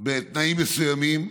בתנאים מסוימים,